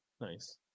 Nice